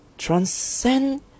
Transcend